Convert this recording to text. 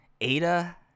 ada